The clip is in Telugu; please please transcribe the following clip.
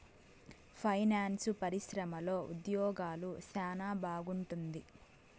పైనాన్సు పరిశ్రమలో ఉద్యోగాలు సెనా బాగుంటుంది